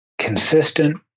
consistent